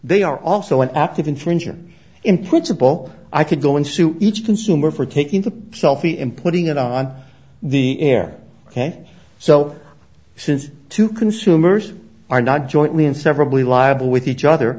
they are also an active in changing in principle i could go into each consumer for taking the selfie and putting it on the air ok so since two consumers are not jointly and severally liable with each other